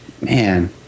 man